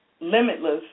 limitless